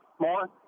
more